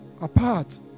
apart